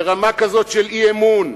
לרמה כזאת של אי-אמון,